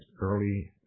early